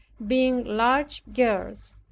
being large girls,